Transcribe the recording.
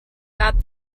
that